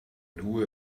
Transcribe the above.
knew